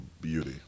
Beauty